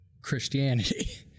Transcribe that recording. Christianity